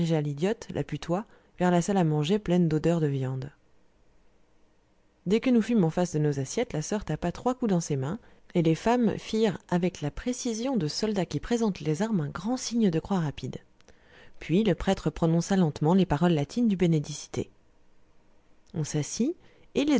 putois vers la salle à manger pleine d'odeur de viandes dès que nous fûmes en face de nos assiettes la soeur tapa trois coups dans ses mains et les femmes firent avec la précision de soldats qui présentent les armes un grand signe de croix rapide puis le prêtre prononça lentement les paroles latines du benedicite on s'assit